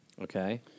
Okay